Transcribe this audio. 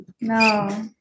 no